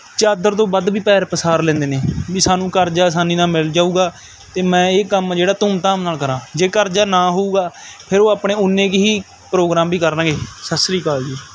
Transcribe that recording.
ਚਾਦਰ ਤੋਂ ਵੱਧ ਵੀ ਪੈਰ ਪਸਾਰ ਲੈਂਦੇ ਨੇ ਵੀ ਸਾਨੂੰ ਕਰਜ਼ਾ ਆਸਾਨੀ ਨਾਲ ਮਿਲ ਜਾਵੇਗਾ ਅਤੇ ਮੈਂ ਇਹ ਕੰਮ ਜਿਹੜਾ ਧੂਮ ਧਾਮ ਨਾਲ ਕਰਾਂ ਜੇ ਕਰਜ਼ਾ ਨਾ ਹੋਵੇਗਾ ਫਿਰ ਉਹ ਆਪਣੇ ਉਨੇ ਕੁ ਹੀ ਪ੍ਰੋਗਰਾਮ ਵੀ ਕਰਨਗੇ ਸਤਿ ਸ਼੍ਰੀ ਅਕਾਲ ਜੀ